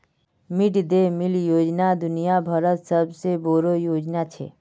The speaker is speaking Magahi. मिड दे मील योजना दुनिया भरत सबसे बोडो योजना छे